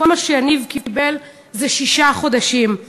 כל מה שיניב קיבל זה שישה חודשים.